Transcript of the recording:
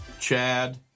Chad